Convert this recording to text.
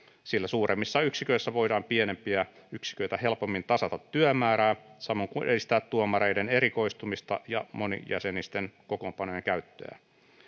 sillä suuremmissa yksiköissä voidaan pienempiä yksiköitä helpommin tasata työmäärää samoin kuin edistää tuomareiden erikoistumista ja monijäsenisten kokoonpanojen käyttöä